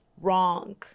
wrong